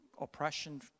oppression